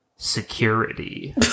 security